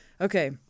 okay